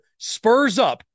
SPURSUP